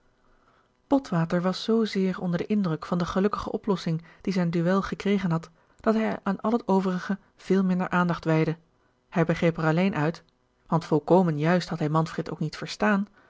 botwater was zoo zeer onder den indruk van de gelukkige oplossing die zijn dûel gekregen had dat hij aan al het overige veel minder aandacht wijdde hij begreep er alleen uit want volkomen juist had hij manfred ook niet verstaan